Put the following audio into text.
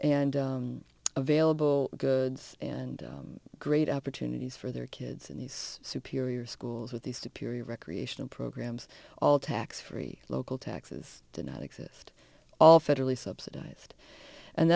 and available goods and great opportunities for their kids and these superior schools with these to piri recreational programs all tax free local taxes did not exist all federally subsidized and